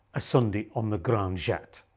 a sunday on the grande jatte.